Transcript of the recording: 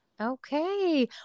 Okay